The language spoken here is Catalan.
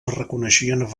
reconeixien